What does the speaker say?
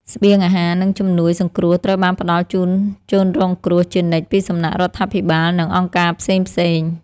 ស្បៀងអាហារ និងជំនួយសង្គ្រោះត្រូវបានផ្តល់ជូនជនរងគ្រោះជានិច្ចពីសំណាក់រដ្ឋាភិបាល និងអង្គការផ្សេងៗ។